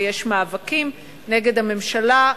ויש מאבקים נגד הממשלה,